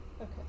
Okay